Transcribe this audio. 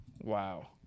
Wow